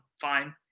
fine